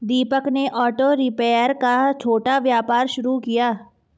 दीपक ने auto repair का छोटा व्यापार शुरू किया